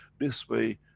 this way,